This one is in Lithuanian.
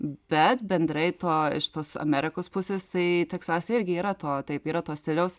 bet bendrai to iš tos amerikos pusės tai teksase irgi yra to taip yra to stiliaus